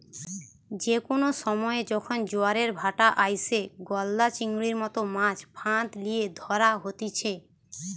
যে কোনো সময়ে যখন জোয়ারের ভাঁটা আইসে, গলদা চিংড়ির মতো মাছ ফাঁদ লিয়ে ধরা হতিছে